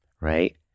right